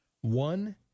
One